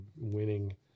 winning